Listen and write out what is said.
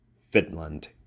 Finland